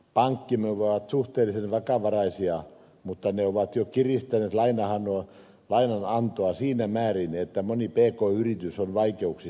pankkimme ovat suhteellisen vakavaraisia mutta ne ovat jo kiristäneet lainanantoa siinä määrin että moni pk yritys on vaikeuksissa